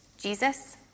Jesus